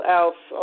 else